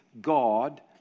God